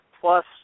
Plus